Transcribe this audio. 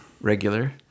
regular